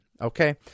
Okay